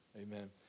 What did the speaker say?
Amen